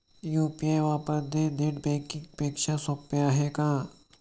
UPI वापरणे net banking पेक्षा सोपे आहे का?